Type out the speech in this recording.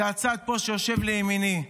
זה הצד פה שיושב לימיני.